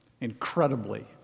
incredibly